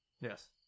Yes